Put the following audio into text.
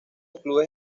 clubes